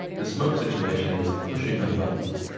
the smoke situation is pushing my buttons.